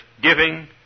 giving